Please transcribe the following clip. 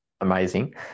amazing